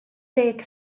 deg